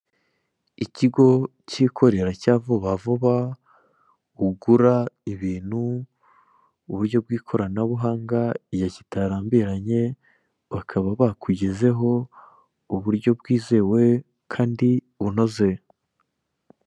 Ikigo kikorera cya vuba vuba ugura ibintu mu buryo bw'ikoranabuhanga igihe kitarambiranye bakaba bakugezeho mu buryo bwizewe kandi bunoze.